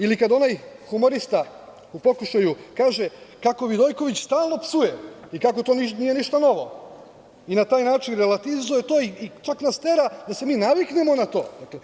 Ili kada onaj humorista, u pokušaju, kaže kako Vidojković stalno psuje i kako to nije ništa novo i na taj način relatizuje to i čak nas tera da se mi naviknemo na to.